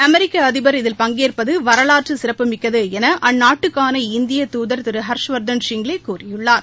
அமெிக்க அதிபர் இதில் பங்கேற்பது வரலாற்ற சிறப்புமிக்கது என அந்நாட்டுக்கான இந்திய தூதர் திரு ஹர்ஷ்வர்த்தன் ஷரிங்லே கூறியுள்ளார்